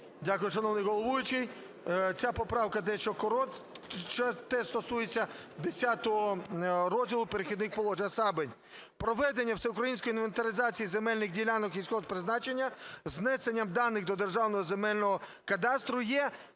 Дякую, шановний головуючий. Ця поправка дещо коротша. Теж стосується Х розділу "Перехідних положень", а саме: "Проведення всеукраїнської інвентаризації земельних ділянок сільгосппризначення з внесенням даних до Державного земельного кадастру є